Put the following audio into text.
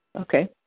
Okay